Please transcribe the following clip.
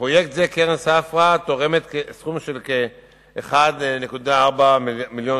בפרויקט זה קרן "ספרא" תורמת סכום של כ-1.4 מיליון